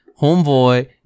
Homeboy